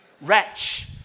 wretch